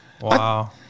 Wow